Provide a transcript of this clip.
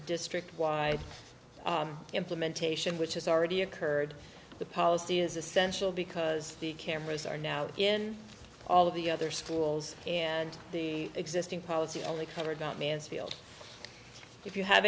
district wide implementation which has already occurred the policy is essential because the cameras are now in all of the other schools and the existing policy only covered about mansfield if you have